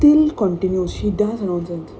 still continue she she's still continue she does nonsense